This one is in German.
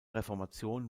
reformation